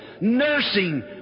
nursing